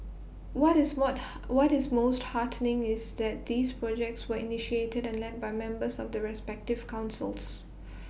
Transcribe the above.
what is what what is most heartening is that these projects were initiated and led by members of the respective councils